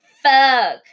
fuck